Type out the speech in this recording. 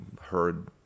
heard